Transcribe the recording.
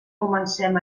comencem